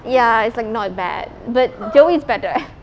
ya it's like not bad but joey is better